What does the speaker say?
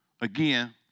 Again